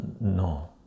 No